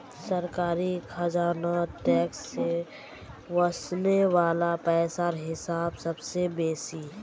सरकारी खजानात टैक्स से वस्ने वला पैसार हिस्सा सबसे बेसि